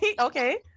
Okay